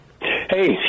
Hey